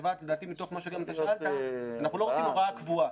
נובעת לדעתי גם מתוך מה ש --- שאנחנו לא רוצים הוראה קבועה.